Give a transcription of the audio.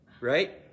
Right